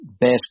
best